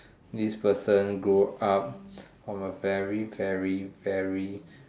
this person grow up of a very very very